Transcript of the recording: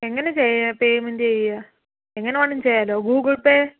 എങ്ങനെ ചെയ്യുക പേയ്മെൻറ്റ് ചെയ്യുക എങ്ങനെ വേണേലും ചെയ്യാലോ ഗൂഗിൾ പേ